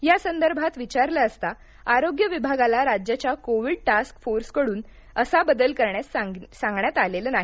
या संदर्भात विचारलं असता आरोग्य विभागाला राज्याच्या कोविड टास्क फोर्सकडून असा बदल करण्यास सांगण्यात आलेलं नाही